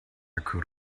could